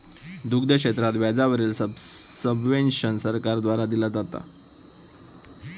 दुग्ध क्षेत्रात व्याजा वरील सब्वेंशन सरकार द्वारा दिला जाता